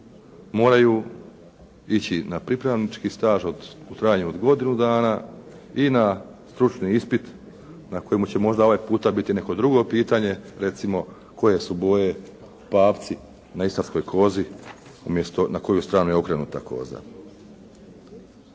moraju ići na pripravnički staž u trajanju od godinu dana i na stručni ispit na kojemu će možda ovaj puta biti neko drugo pitanje, recimo koje su boje papci na istarskoj kozi umjesto na koju stranu je okrenuta koza.